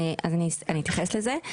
אני אתייחס לזה.